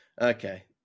Okay